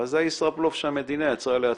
אבל זה הישראבלוף שהמדינה יצרה לעצמה.